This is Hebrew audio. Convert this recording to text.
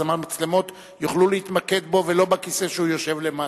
אז המצלמות יוכלו להתמקד בו ולא בכיסא שהוא יושב בו למטה.